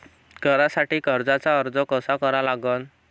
घरासाठी कर्जाचा अर्ज कसा करा लागन?